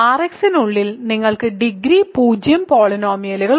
Rx നുള്ളിൽ നിങ്ങൾക്ക് degree 0 പോളിനോമിയലുകൾ ഉണ്ട്